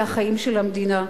זה החיים של המדינה.